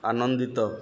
ଆନନ୍ଦିତ